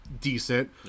decent